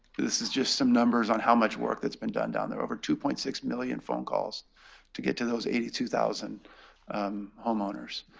this is just some numbers on how much work that's been done down there. over two point six million phone calls to get to those eighty two thousand homeowners.